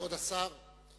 כבוד סגן השר.